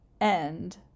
End